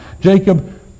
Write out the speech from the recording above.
Jacob